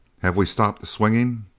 have we stopped swinging?